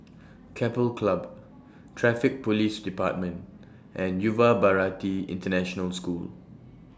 Keppel Club Traffic Police department and Yuva Bharati International School